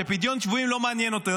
שפדיון שבויים לא מעניין אותו.